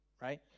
right